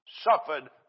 suffered